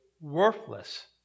worthless